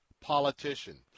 politician